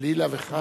חלילה וחס.